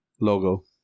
logo